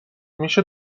میشه